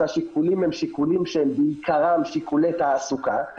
והשיקולים הם שיקולים שבעיקרם שיקולי תעסוקה,